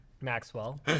maxwell